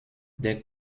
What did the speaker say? des